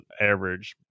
average